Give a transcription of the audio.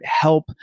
help